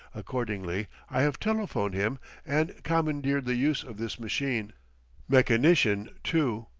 accordingly i have telephoned him and commandeered the use of this machine mechanician, too.